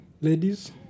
ladies